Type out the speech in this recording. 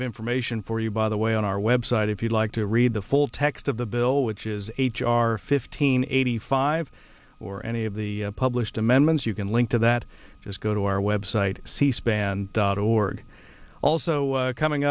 of information for you by the way on our website if you'd like to read the full text of the bill which is h r fifteen eighty five or any of the published amendments you can link to that just go to our website cspan dot org also coming